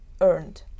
earned